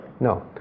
No